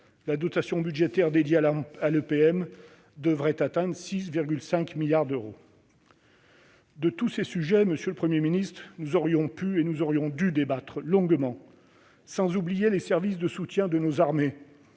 la dotation budgétaire dédiée à l'EPM devant atteindre 6,5 milliards d'euros. De tous ces sujets, monsieur le Premier ministre, nous aurions pu et dû débattre longuement, sans oublier les services de soutien de nos armées,